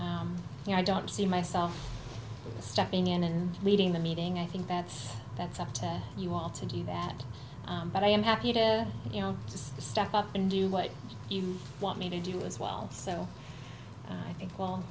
said you know i don't see myself stepping in and leading the meeting i think that that's up to you all to do that but i am happy you know just step up and do what you want me to do as well so i think well